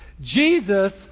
Jesus